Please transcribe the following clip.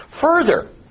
Further